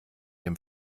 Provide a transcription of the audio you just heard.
dem